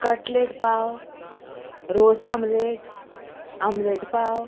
cutlet पाव रोस omelette omelette पाव